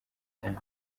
cyane